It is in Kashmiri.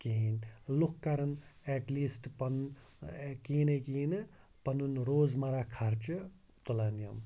کِہیٖنۍ لُکھ کَرَن ایٹ لیٖسٹ پَنُن کِہیٖنۍ نَے کِہیٖنۍ نہٕ پَنُن روزمَرہ خرچہٕ تُلَن یِم